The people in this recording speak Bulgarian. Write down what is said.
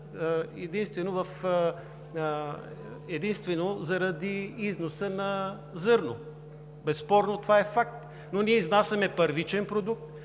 единствено на износа на зърно. Безспорно това е факт, но ние изнасяме първичен продукт